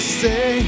say